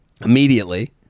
immediately